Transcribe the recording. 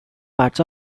parts